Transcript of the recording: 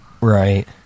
Right